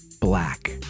black